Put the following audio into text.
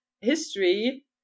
history